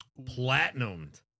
Platinumed